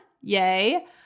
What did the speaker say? Yay